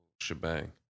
shebang